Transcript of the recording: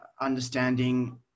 understanding